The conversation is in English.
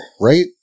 Right